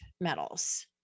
metals